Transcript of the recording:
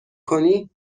کنی